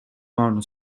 mountain